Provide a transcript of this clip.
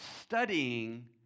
studying